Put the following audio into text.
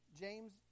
James